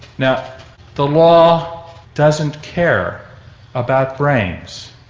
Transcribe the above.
now the law doesn't care about brains.